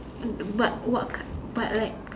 but what kind but like